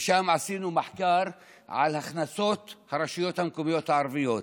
ושם עשינו מחקר על הכנסות הרשויות המקומיות הערביות.